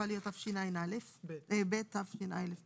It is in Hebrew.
התשע"ב